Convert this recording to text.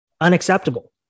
Unacceptable